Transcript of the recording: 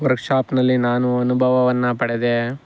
ವರ್ಕ್ಶಾಪ್ನಲ್ಲಿ ನಾನು ಅನುಭವವನ್ನು ಪಡೆದೆ